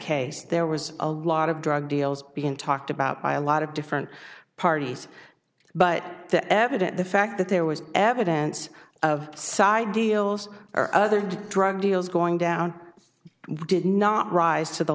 case there was a lot of drug deals being talked about by a lot of different parties but the evidence the fact that there was evidence of side deals or other drug deals going down did not rise to the